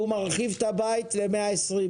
הוא מרחיב את הבית ל-120.